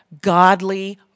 godly